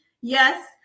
yes